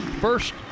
first